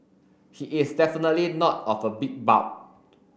he is definitely not of a big bulk